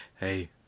Hey